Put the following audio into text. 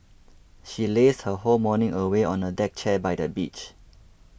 she lazed her whole morning away on a deck chair by the beach